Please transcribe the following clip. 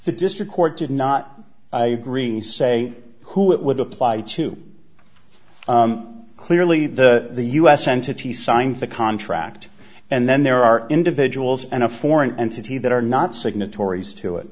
the district court did not green say who it would apply to clearly the the us entity signed the contract and then there are individuals and a foreign entity that are not signatories to it